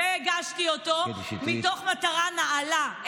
והגשתי אותו מתוך מטרה נעלה.